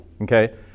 okay